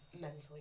mentally